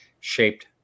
shaped